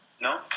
no